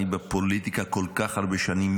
אני בפוליטיקה כל כך הרבה שנים.